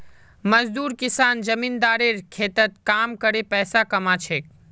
मजदूर किसान जमींदारेर खेतत काम करे पैसा कमा छेक